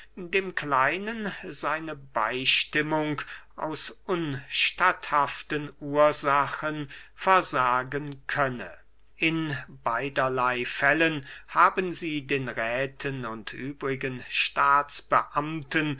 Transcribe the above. dem kleinen seine beystimmung aus unstatthaften ursachen versagen könne in beiderley fällen haben sie den räthen und übrigen staatsbeamten